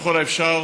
ככל האפשר,